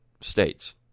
states